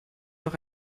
noch